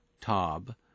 Tob